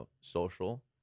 social